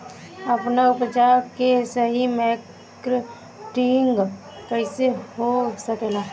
आपन उपज क सही मार्केटिंग कइसे हो सकेला?